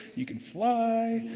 you can fly,